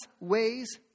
ways